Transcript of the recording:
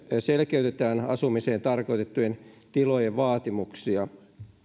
selkeytetään asumiseen tarkoitettujen tilojen vaatimuksia